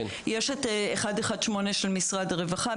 יש את 118 של משרד הרווחה,